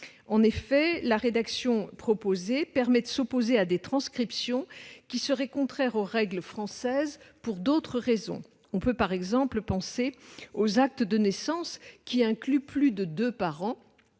est soumise permet en effet de s'opposer à des transcriptions qui seraient contraires aux règles françaises pour d'autres raisons- on peut penser par exemple aux actes de naissance qui incluent plus de deux parents,